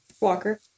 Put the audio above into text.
Walker